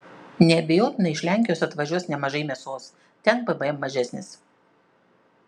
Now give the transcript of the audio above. neabejotinai iš lenkijos atvažiuos nemažai mėsos ten pvm mažesnis